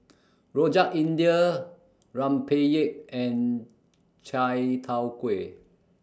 Rojak India Rempeyek and Chai Tow Kway